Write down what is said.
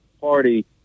party